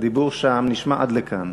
הדיבור שם נשמע עד לכאן.